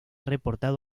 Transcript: reportado